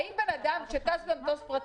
אדם שטס במטוס פרטי,